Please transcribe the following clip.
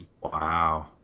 Wow